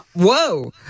Whoa